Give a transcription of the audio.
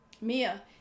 Mia